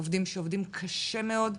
עובדים שעובדים קשה מאוד,